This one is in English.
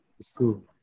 school